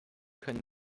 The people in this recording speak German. können